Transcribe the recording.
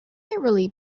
entirely